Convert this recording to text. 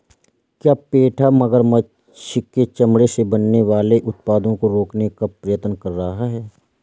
क्या पेटा मगरमच्छ के चमड़े से बनने वाले उत्पादों को रोकने का प्रयत्न कर रहा है?